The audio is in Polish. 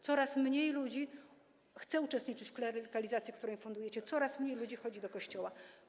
Coraz mniej ludzi chce uczestniczyć w klerykalizacji, którą fundujecie, coraz mniej ludzi chodzi do kościoła.